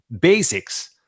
basics